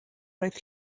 roedd